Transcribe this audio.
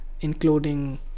including